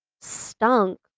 stunk